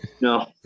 No